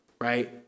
right